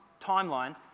timeline